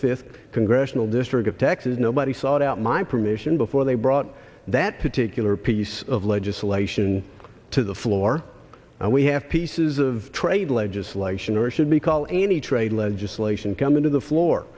fifth congressional district of texas nobody sought out my permission before they brought that particular piece of legislation to the floor and we have pieces of trade legislation or should we call any trade legislation coming to the floor